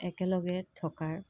একেলগে থকাৰ